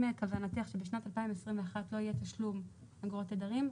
אם כוונתך שבשנת 2021 לא יהיה תשלום אגרות תדרים,